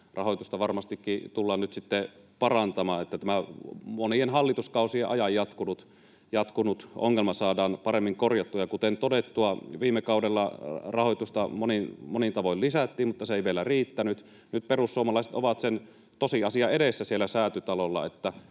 rahoitusta varmastikin tullaan nyt parantamaan, että tämä monien hallituskausien ajan jatkunut ongelma saadaan paremmin korjattua. Kuten todettua, viime kaudella rahoitusta monin tavoin lisättiin, mutta se ei vielä riittänyt. Nyt perussuomalaiset ovat Säätytalolla sen tosiasian edessä, että rahaa